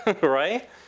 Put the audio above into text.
right